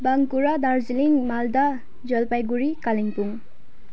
Bankura Darjeeling Malda Jalpaiguri Kalimpong